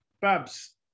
Babs